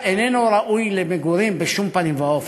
איננו ראוי למגורים בשום פנים ואופן,